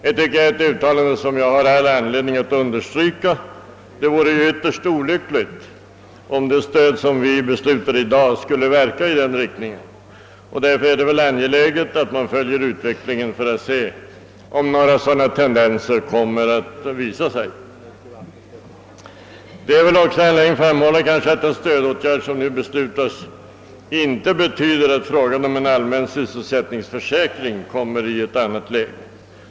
Detta utttalande har man all anledning att understryka, ty det vore ytterst olyckligt om det stöd vi i dag kommer att besluta skulle verka i den riktningen. Därför är det angeläget att man följer utvecklingen för att se om några sådana tendenser kommer att visa sig. Det är väl också anledning att framhålla att den stödåtgärd som nu beslutas inte betyder att frågan om en allmän sysselsättningsförsäkring kommer i ett annat läge.